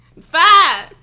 Five